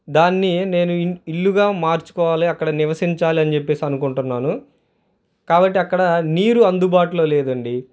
దాన్ని నేను ఇ ఇల్లుగా మార్చుకోవాలి అక్కడ నివసించాలని చెెప్పేసి అనుకుంటున్నాను కాబట్టి అక్కడ నీరు అందుబాటులో లేదండి